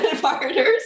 partners